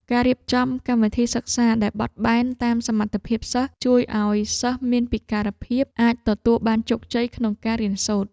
ការរៀបចំកម្មវិធីសិក្សាដែលបត់បែនតាមសមត្ថភាពសិស្សជួយឱ្យសិស្សមានពិការភាពអាចទទួលបានជោគជ័យក្នុងការរៀនសូត្រ។